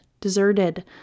deserted